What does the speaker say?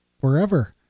forever